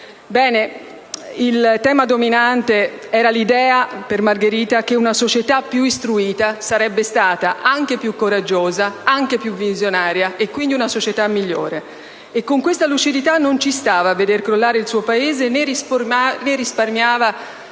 Hack il tema dominante era l'idea che una società più istruita sarebbe stata anche più coraggiosa, anche più visionaria e quindi una società migliore. E con questa lucidità non ci stava a veder crollare il suo Paese, né risparmiava